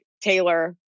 Taylor